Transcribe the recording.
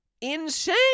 Insane